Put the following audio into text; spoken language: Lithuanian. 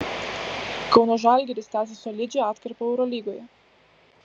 kauno žalgiris tęsia solidžią atkarpą eurolygoje